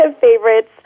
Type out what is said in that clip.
favorites